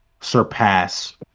surpass